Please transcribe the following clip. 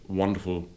wonderful